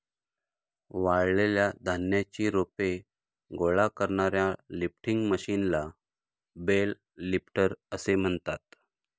वाळलेल्या धान्याची रोपे गोळा करणाऱ्या लिफ्टिंग मशीनला बेल लिफ्टर असे म्हणतात